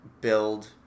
build